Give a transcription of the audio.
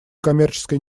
коммерческой